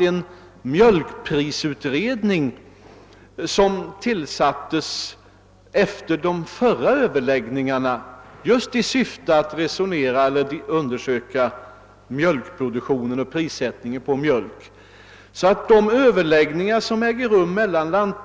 -: en mjölkprisutredning som tillsattes efter de förra överläggningarna just för att undersöka mjölkproduktionen och prissättningen på mjölk. Vid de överläggningar som äger rum mellan lant-.